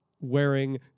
wearing